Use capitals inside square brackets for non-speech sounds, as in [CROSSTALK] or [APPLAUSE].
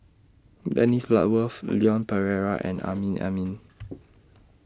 Dennis Bloodworth Leon Perera and Amrin Amin [NOISE]